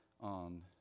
on